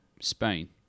Spain